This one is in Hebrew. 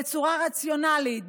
בצורה רציונלית,